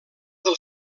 del